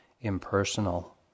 impersonal